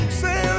say